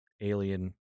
alien